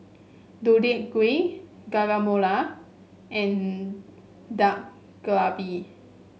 Deodeok Gui Guacamole and Dak Galbi